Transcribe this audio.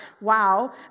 wow